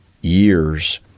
years